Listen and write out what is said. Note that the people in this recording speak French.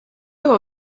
avoir